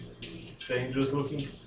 ...dangerous-looking